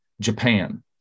Japan